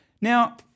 Now